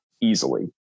easily